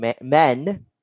men